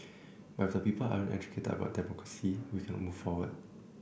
but if the people aren't educated about democracy we cannot move forward